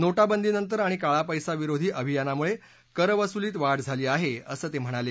नोटाबंदीनंतर आणि काळापंसा विरोधी अभियानामुळं करवसुलीत वाढ झाली आहे असं ते म्हणाले